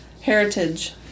heritage